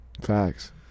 Facts